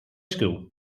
school